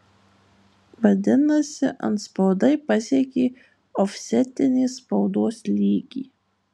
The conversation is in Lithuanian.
vadinasi antspaudai pasiekė ofsetinės spaudos lygį